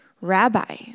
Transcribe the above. Rabbi